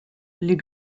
les